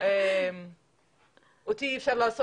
תודה רבה.